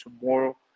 tomorrow